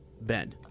Ben